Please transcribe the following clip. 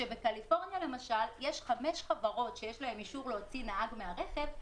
כשבקליפורניה למשל יש חמש חברות שיש להן אישור להוציא נהג מהרכב,